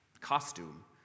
costume